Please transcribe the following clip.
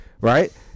right